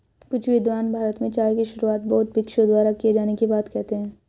कुछ विद्वान भारत में चाय की शुरुआत बौद्ध भिक्षुओं द्वारा किए जाने की बात कहते हैं